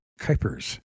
Kuipers